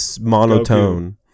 monotone